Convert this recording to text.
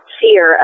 fear